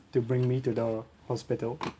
to bring me to the hospital